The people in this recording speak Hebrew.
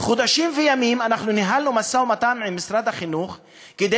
חודשים וימים אנחנו ניהלנו משא-ומתן עם משרד החינוך כדי